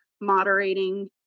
moderating